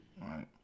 right